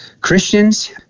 Christians